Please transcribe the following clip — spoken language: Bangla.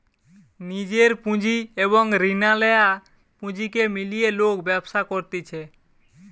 নিজের পুঁজি এবং রিনা লেয়া পুঁজিকে মিলিয়ে লোক ব্যবসা করতিছে